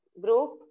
group